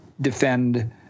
defend